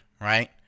right